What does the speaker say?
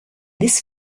this